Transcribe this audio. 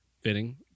Fitting